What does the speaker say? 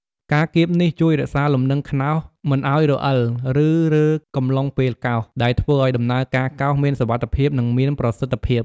ការគៀបនេះជួយរក្សាលំនឹងខ្ន្នោសមិនឱ្យរអិល ឬរើកំឡុងពេលកោស ដែលធ្វើឱ្យដំណើរការកោសមានសុវត្ថិភាព និងមានប្រសិទ្ធភាព។